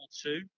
two